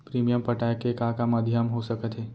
Premium पटाय के का का माधयम हो सकत हे?